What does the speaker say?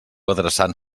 adreçant